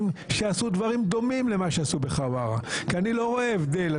שעשו דברים דומים למה שעשו בחווארה כי אני לא רואה הבדל.